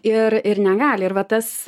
ir ir negali ir va tas